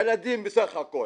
ילדים בסך הכול,